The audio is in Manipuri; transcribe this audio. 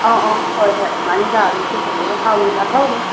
ꯑ ꯑ ꯍꯣꯏ ꯍꯣꯏ ꯉꯥꯔꯤꯟꯈꯥꯗꯨꯁꯨ ꯐꯖꯅ ꯍꯥꯎꯅ ꯆꯥꯊꯧꯔꯣ